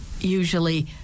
usually